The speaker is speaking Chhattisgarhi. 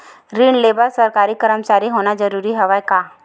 ऋण ले बर सरकारी कर्मचारी होना जरूरी हवय का?